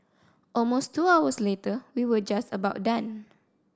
almost two hours later we were just about done